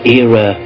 era